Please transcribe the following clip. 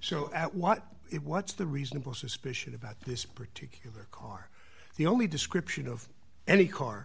so at what it what's the reasonable suspicion about this particular car the only description of any car